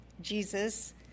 Jesus